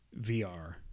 VR